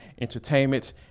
entertainment